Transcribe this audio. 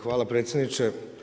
Hvala predsjedniče.